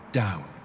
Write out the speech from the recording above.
down